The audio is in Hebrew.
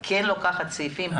היא כן לוקחת סעיפים,